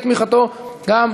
את תמיכתו גם,